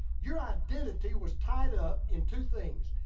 your identity was tied up in two things.